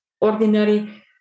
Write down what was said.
ordinary